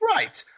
Right